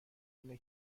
اینه